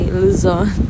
luzon